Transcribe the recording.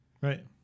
Right